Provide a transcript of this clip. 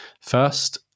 first